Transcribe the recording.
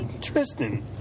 Tristan